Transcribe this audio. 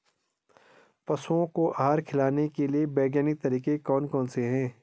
पशुओं को आहार खिलाने के लिए वैज्ञानिक तरीके कौन कौन से हैं?